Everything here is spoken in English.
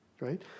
right